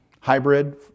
hybrid